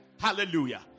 Hallelujah